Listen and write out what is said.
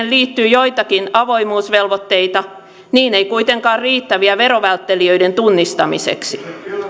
liittyy joitakin avoimuusvelvoitteita niin ei kuitenkaan riittäviä verovälttelijöiden tunnistamiseksi